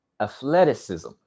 athleticism